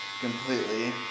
completely